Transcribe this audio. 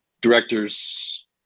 directors